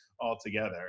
altogether